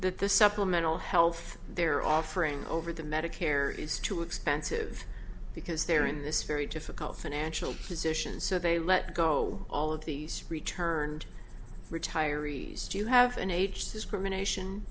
that the supplemental health they're offering over the medicare is too expensive because they're in this very difficult financial position so they let go all of these returned retirees you have an age discrimination